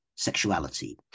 sexuality